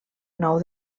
nou